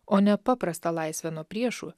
o ne paprastą laisvę nuo priešų